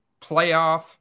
Playoff